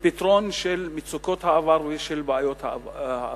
ופתרון של מצוקות העבר ושל בעיות העבר.